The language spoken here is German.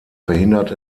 verhindert